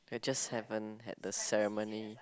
it just haven't had the ceremony